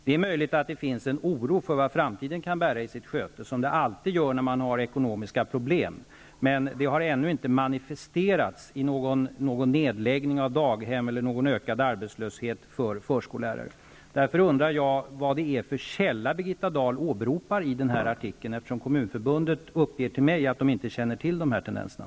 Det är möjligt att det finns en oro för vad framti den kan bära i sitt sköte -- som det alltid gör när man har ekonomiska problem -- men det har ännu inte manifesterats i någon nedläggning av daghem eller någon ökad arbetslöshet bland förskollärare. Därför undrar jag vilken källa Birgitta Dahl åbe ropar i artikeln, eftersom Kommunförbundet upp ger till mig att man inte känner till de här tenden serna.